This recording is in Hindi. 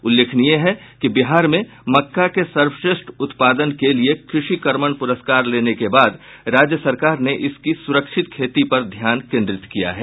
उल्लेखनीय है कि बिहार में मक्का के सर्वश्रेष्ठ उत्पादन के लिए कृषि कर्मण पुरस्कार लेने के बाद राज्य सरकार ने इसकी सुरक्षित खेती पर ध्यान केन्द्रित किया है